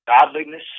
Godliness